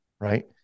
right